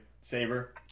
saber